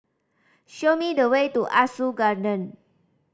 show me the way to Ah Soo Garden